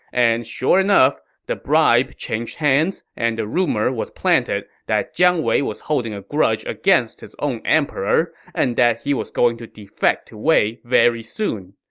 and sure enough, the bribe changed hands, and the rumor was planted that jiang wei was holding a grudge against his own emperor and that he was going to defect to wei very soon.